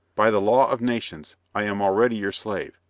by the law of nations, i am already your slave,